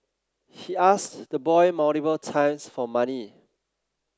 he asked the boy multiple times for money